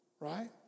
right